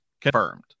confirmed